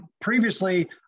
previously